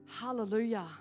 Hallelujah